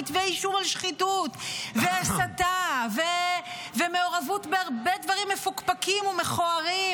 כתבי אישום על שחיתות והסתה ומעורבות בהרבה דברים מפוקפקים ומכוערים,